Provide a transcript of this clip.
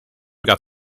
got